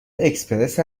اکسپرس